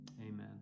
Amen